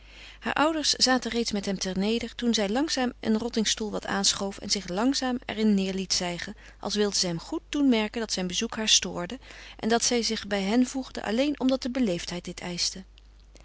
ouders zaten reeds met hem ter neder toen zij langzaam een rottingstoel wat aanschoof en zich langzaam er in neêr liet zijgen als wilde zij hem goed doen merken dat zijn bezoek haar stoorde en dat zij zich bij hen voegde alleen omdat de beleefdheid dit eischte